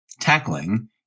tackling